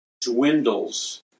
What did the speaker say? dwindles